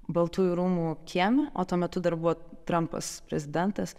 baltųjų rūmų kieme o tuo metu dar buvo trampas prezidentas